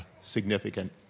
significant